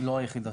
לא היחידה שלי.